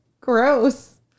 gross